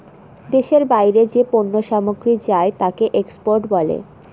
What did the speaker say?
দেশের বাইরে যে পণ্য সামগ্রী যায় তাকে এক্সপোর্ট বলে